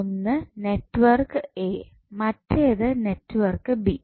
ഒന്ന് network A മറ്റേത് network B